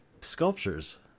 sculptures